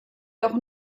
doch